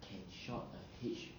can shot a head sh~